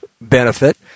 benefit